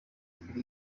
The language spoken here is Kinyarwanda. kuri